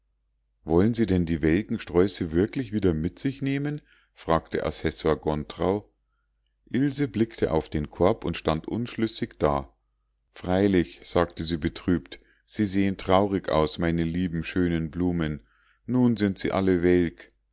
wollen sie denn die welken sträuße wirklich wieder mit sich nehmen fragte assessor gontrau ilse blickte auf den korb und stand unschlüssig da freilich sagte sie betrübt sie sehen traurig aus meine lieben schönen blumen nun sind sie alle welk